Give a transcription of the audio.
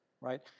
right